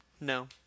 No